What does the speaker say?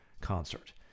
concert